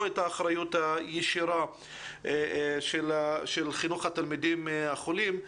את האחריות הישירה של חינוך התלמידים החולים.